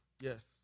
Yes